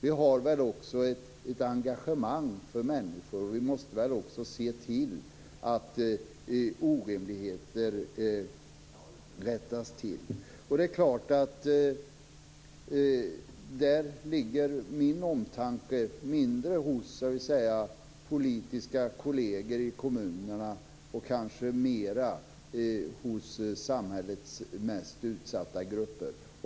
Vi har väl också ett engagemang för människor, och vi måste väl också se till att orimligheter rättas till. Det är klart att min omtanke där ligger mindre hos politiska kolleger i kommunerna och kanske mer hos samhällets mest utsatta grupper.